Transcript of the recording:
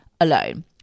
alone